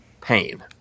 pain